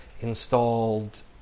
installed